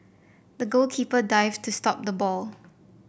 the goalkeeper dived to stop the ball